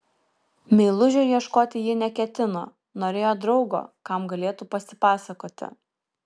meilužio ieškoti ji neketino norėjo draugo kam galėtų pasipasakoti